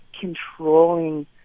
controlling